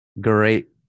Great